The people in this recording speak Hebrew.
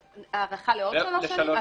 אז הארכה לעוד שלוש שנים,